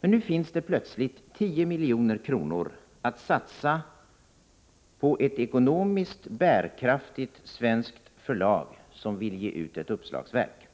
Men nu finns det plötsligt 10 milj.kr. att satsa på ett ekonomiskt bärkraftigt svenskt förlag, som vill ge ut ett uppslagsverk.